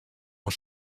oan